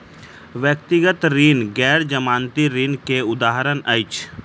व्यक्तिगत ऋण गैर जमानती ऋण के उदाहरण अछि